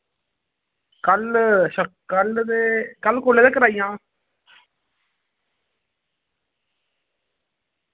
कल्ल अच्छा कल्ल ते कल्ल कोलै तगर आई जाना